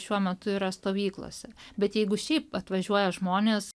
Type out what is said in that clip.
šiuo metu yra stovyklose bet jeigu šiaip atvažiuoja žmonės